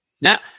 Now